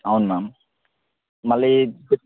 అవును మ్యామ్ మళ్ళీ